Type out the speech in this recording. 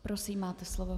Prosím, máte slovo.